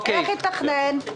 איך ייתכן?